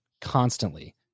constantly